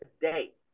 today